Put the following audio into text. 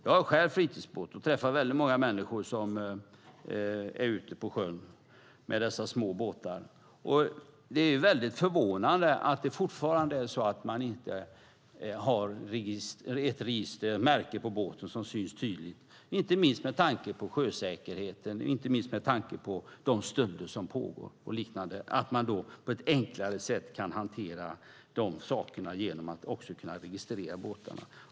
Jag har själv fritidsbåt och träffar väldigt många människor som är ute på sjön med dessa små båtar. Det är väldigt förvånande att det fortfarande är så att man inte har ett registermärke på båten som syns tydligt, inte minst med tanke på sjösäkerheten, de stölder som sker och liknande. Genom att båtarna var registrerade skulle man på ett enklare sätt kunna hantera de sakerna.